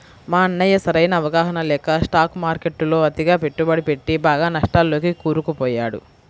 మా అన్నయ్య సరైన అవగాహన లేక స్టాక్ మార్కెట్టులో అతిగా పెట్టుబడి పెట్టి బాగా నష్టాల్లోకి కూరుకుపోయాడు